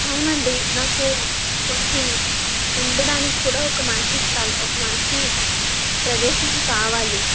అవునండి నాకు కొంచెం ఉండటానికి కూడా ఒక మంచి స్త ఒక మంచి ప్రదేశం కావాలి